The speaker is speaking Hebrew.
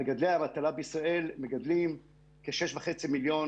מגדלי ההטלה בישראל מגדלים כ-6.5 מיליון